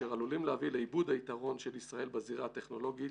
אשר עלולים להביא לאיבוד היתרון של ישראל בזירה הטכנולוגית